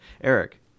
Eric